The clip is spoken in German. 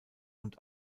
und